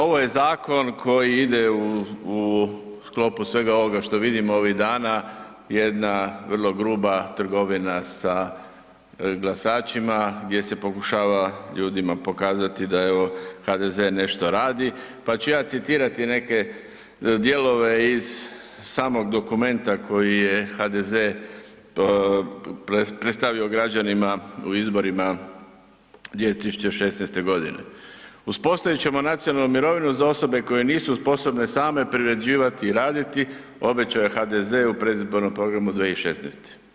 Ovo je zakon koji ide u, u sklopu svega ovoga što vodimo ovih dana, jedna vrlo gruba trgovina sa glasačima gdje se pokušava ljudima pokazati da evo HDZ nešto radi, pa ću ja citirati neke dijelove iz samog dokumenta koji je HDZ predstavio građanima u izborima 2016.g. „Uspostavit ćemo nacionalnu mirovinu za osobe koje nisu sposobne same privređivati i raditi“ obećao je HDZ u predizbornom programu 2016.